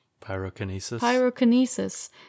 Pyrokinesis